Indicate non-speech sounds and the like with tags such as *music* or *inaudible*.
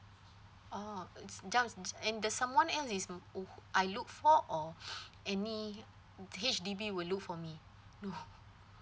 oh uh s~ jus~ and the someone else is m~ who I look for or *noise* any H_D_B will look for me no *laughs*